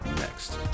next